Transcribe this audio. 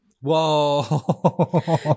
Whoa